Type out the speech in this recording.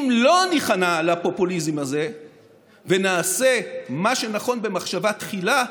אם לא ניכנע לפופוליזם הזה ונעשה מה שנכון במחשבה תחילה,